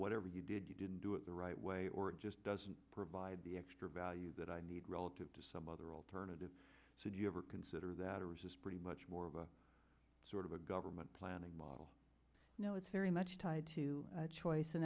whatever you did you didn't do it the right way or it just doesn't provide the extra value that i need relative to some other alternative so do you ever consider that it was pretty much more of a sort of a government planning model you know it's very much tied to choice